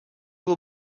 will